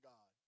God